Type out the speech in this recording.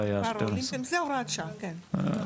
הפראלימפים זה הוראת שעה, כן.